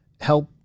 help